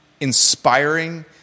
inspiring